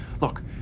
Look